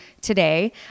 today